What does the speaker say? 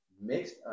mixed